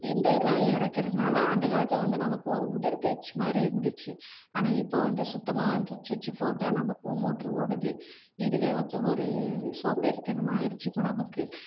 இந்த இதெலாம் இறைக்கிறதுனால அந்த காலத்தில் வந்து நமக்கும் ஒரு உடற்பயிற்சி மாதிரி இருந்துச்சு ஆனால் இப்போது வந்து சுத்தமாக வந்து சுச்சி போட்டால் நமக்கு மோட்டரு ஓடுது இதுவே வந்து ஒரு சோம்பேறித்தனமாக ஆயிடுச்சு இப்போ நமக்கு